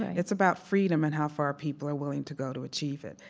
it's about freedom and how far people are willing to go to achieve it.